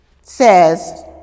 Says